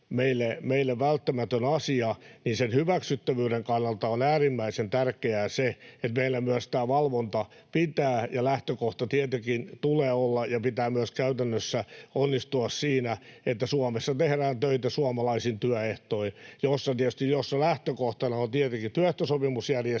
meille välttämätön asia, niin sen hyväksyttävyyden kannalta on äärimmäisen tärkeää se, että meillä myös tämä valvonta pitää ja lähtökohdan tietenkin tulee olla se — ja pitää myös käytännössä onnistua siinä —, että Suomessa tehdään töitä suomalaisin työehdoin. Siinä lähtökohtana on tietenkin työehtosopimusjärjestelmä,